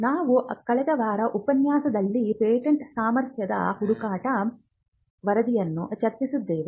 ನಾವು ಕಳೆದ ವಾರ ಉಪನ್ಯಾಸದಲ್ಲಿ ಪೇಟೆಂಟ್ ಸಾಮರ್ಥ್ಯ ಹುಡುಕಾಟ ವರದಿಯನ್ನು ಚರ್ಚಿಸಿದ್ದೇವೆ